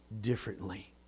differently